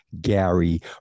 Gary